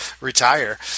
retire